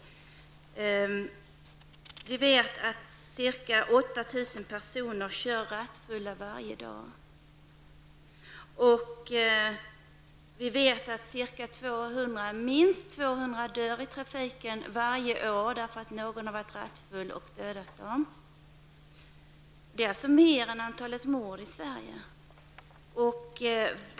Man vet att ca 8 000 personer kör bil rattfulla varje dag. Minst 200 personer dör i trafiken varje år till följd av att de har blivit påkörda av någon rattfull person. Det är alltså fler än antalet mord i Sverige.